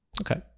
okay